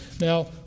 Now